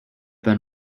been